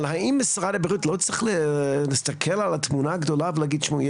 אבל האם משרד הבריאות לא צריך להסתכל על התמונה הגדולה ולהגיד תשמעו,